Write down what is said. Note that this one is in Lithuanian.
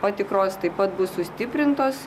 patikros taip pat bus sustiprintos